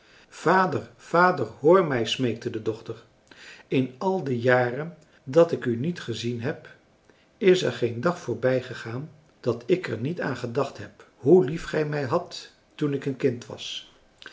vader vader hoor mij smeekte de dochter in al de jaren dat ik u niet gezien heb is er geen dag voorbijgegaan dat ik er niet aan gedacht heb hoe lief gij mij hadt toen ik een kind was